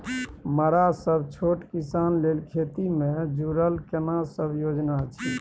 मरा सब छोट किसान लेल खेती से जुरल केना सब योजना अछि?